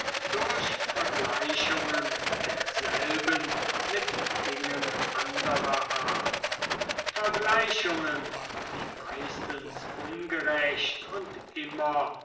durch vergleichungen derselben mit dingen anderer art vergleichungen die meistens ungerecht und immer